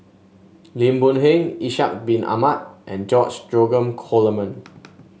Lim Boon Heng Ishak Bin Ahmad and George Dromgold Coleman